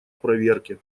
проверке